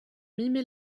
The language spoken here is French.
mimer